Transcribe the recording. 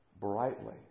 Brightly